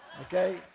okay